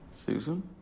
Susan